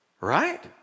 right